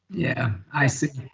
yeah, i see.